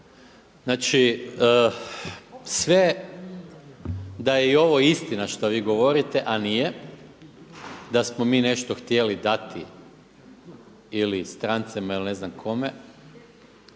Znači sve da je i ovo istina što vi govorite, a nije da smo mi nešto htjeli dati ili strancima ili ne znam kome,